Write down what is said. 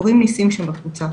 קורים ניסים שם בקבוצה,